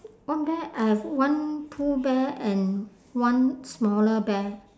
one bear I have one pooh bear and one smaller bear